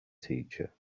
teacher